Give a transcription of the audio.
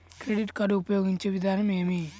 Credit card ఉపయోగించే విధానం ఏమి?